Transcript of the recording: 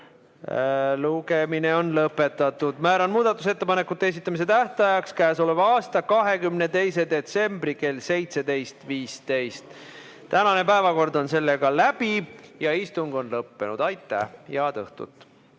lugemine on lõpetatud. Määran muudatusettepanekute esitamise tähtajaks k.a 22. detsembri kell 17.15. Tänane päevakord on sellega läbi ja istung on lõppenud. Aitäh ja head õhtut!